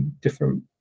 different